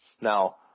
Now